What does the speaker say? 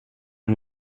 han